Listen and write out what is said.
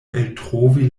eltrovi